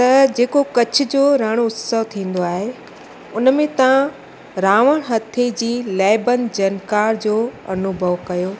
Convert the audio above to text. त जे को कच्छ जो रण उत्सव थींदो आहे हुन में तव्हां राउड हथे जी लैबन जनकार जो अनूभव कयो